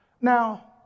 Now